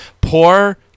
Poor